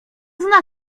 zna